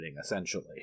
essentially